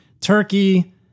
Turkey